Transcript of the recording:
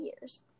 years